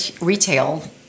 retail